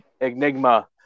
Enigma